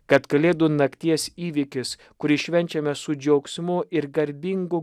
kad kalėdų nakties įvykis kurį švenčiame su džiaugsmu ir garbingu